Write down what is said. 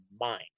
mind